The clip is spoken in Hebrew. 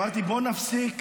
אמרתי: בואו נפסיק